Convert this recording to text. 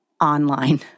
online